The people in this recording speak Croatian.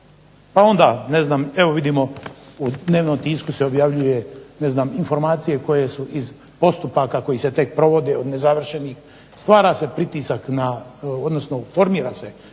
Pa onda evo vidimo u dnevnom tisku se objavljuju informacije koje su iz postupaka koji se tek provode od nezavršenih, stvara se pritisak na, odnosno formira se